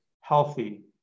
healthy